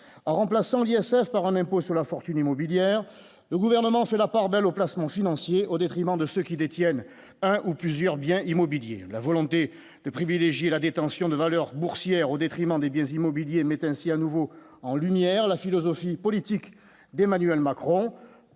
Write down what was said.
remplaçant lien Yacef par un impôt sur la fortune immobilière, le gouvernement fait la part belle aux placements financiers au détriment de ceux qui détiennent un ou plusieurs biens immobiliers, la volonté de privilégier la détention de valeurs boursières au détriment des biens immobiliers mettent ainsi à nouveau en lumière la philosophie politique d'Emmanuel Macron